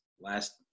last